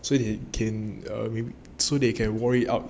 so they can err so they can wore it out